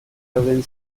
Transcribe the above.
dauden